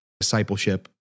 discipleship